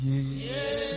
Yes